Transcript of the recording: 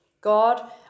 God